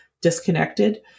disconnected